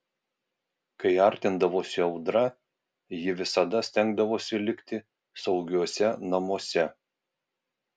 kai artindavosi audra ji visada stengdavosi likti saugiuose namuose